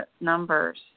numbers